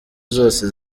zose